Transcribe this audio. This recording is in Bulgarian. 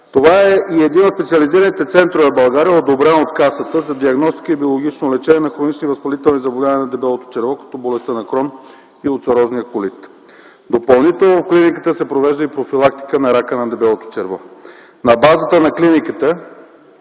Това е и един от специализираните центрове в България, одобрен от Касата, за диагностика и биологично лечение на хронични възпалителни заболявания на дебелото черво като болестта на Крон и улцирозния колит. Допълнително в клиниката се провежда и профилактика на рака на дебелото черво. На базата на клиниката